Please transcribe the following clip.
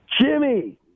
Jimmy